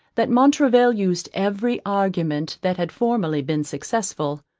that montraville used every argument that had formerly been successful,